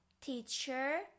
teacher